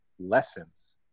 lessons